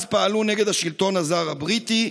אז פעלו נגד השלטון הזר הבריטי,